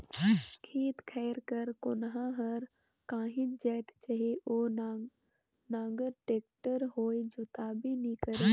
खेत खाएर कर कोनहा हर काहीच जाएत चहे ओ नांगर, टेक्टर होए जोताबे नी करे